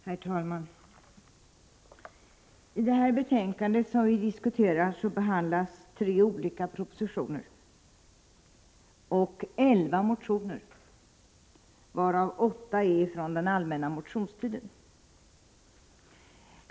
Herr talman! I det betänkande som vi nu diskuterar behandlas tre olika propositioner samt elva motioner, varav åtta från den allmänna motionstiden.